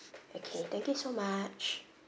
okay thank you so much